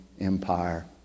Empire